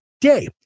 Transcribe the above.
day